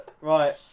Right